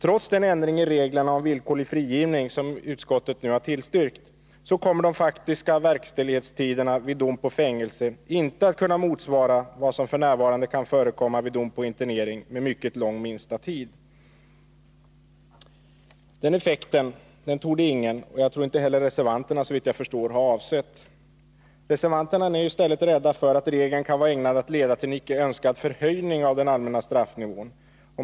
Trots den ändring i reglerna om villkorlig frigivning som utskottet nu har tillstyrkt kommer de faktiska verkställighetstiderna vid dom till fängelse inte att kunna motsvara vad som f. n. kan förekomma vid dom till internering 25 med mycket lång minsta tid. Den effekten torde ingen — inte heller reservanterna, såvitt jag förstår — ha avsett. Reservanterna är nu i stället rädda för att regeln kan vara ägnad att leda till en icke önskad förhöjning av den allmänna straffnivån.